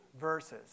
verses